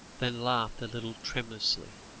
then laughed a little tremulously.